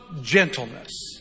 gentleness